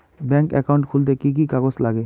Bank account খুলতে কি কি কাগজ লাগে?